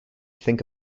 think